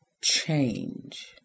change